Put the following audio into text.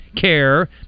care